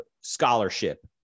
scholarship